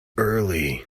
early